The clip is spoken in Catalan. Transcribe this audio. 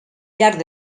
llarg